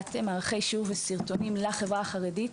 לבניית מערכי שיעור וסרטונים לחברה החרדית.